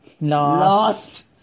lost